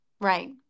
Right